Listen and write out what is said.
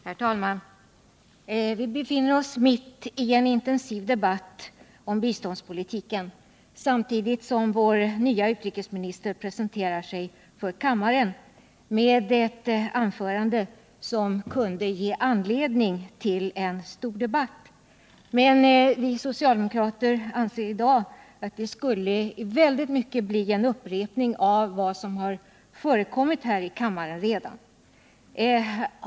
Herr talman! Vi befinner oss mitt i en intensiv debatt om biståndspolitiken samtidigt som vår nye utrikesminister presenterar sig för kammaren med ett anförande som kunde ge anledning till en stor debatt. Men vi socialdemokrater anser att det i långa stycken skulle bli en upprepning av vad som redan har förekommit i kammaren.